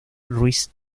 ruiz